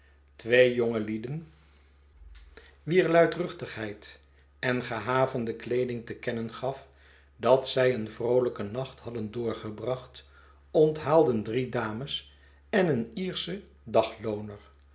twee jongelieden wier luidruchtigheid en gehavende kleeding te kennen gaf dat zij een vroolijken nacht hadden doorgebracht onthaalden drie dames en een ierschen daglooner